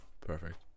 perfect